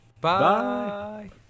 Bye